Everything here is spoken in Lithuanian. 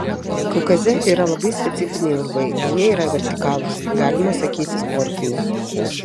kaukaze yra labai specifiniai urvai jie yra vertikalūs galima sakyti sportiniai